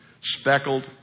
speckled